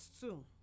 two